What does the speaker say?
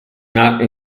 not